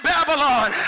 Babylon